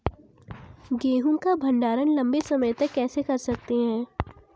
गेहूँ का भण्डारण लंबे समय तक कैसे कर सकते हैं?